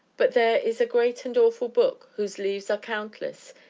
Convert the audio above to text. but there is a great and awful book, whose leaves are countless,